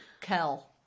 Kel